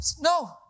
No